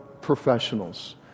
professionals